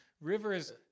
Rivers